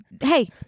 Hey